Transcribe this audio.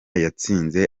yatsinze